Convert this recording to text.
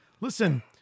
Listen